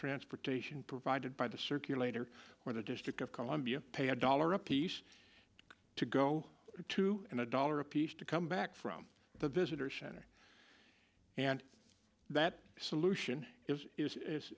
transportation provide by the circulator where the district of columbia pay a dollar apiece to go to and a dollar apiece to come back from the visitor center and that solution is